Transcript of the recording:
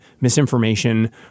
misinformation